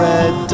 Red